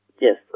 yes